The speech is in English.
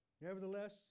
Nevertheless